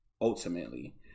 ultimately